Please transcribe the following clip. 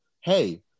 hey